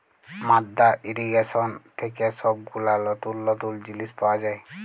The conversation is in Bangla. মাদ্দা ইর্রিগেশন থেক্যে সব গুলা লতুল লতুল জিলিস পাওয়া যায়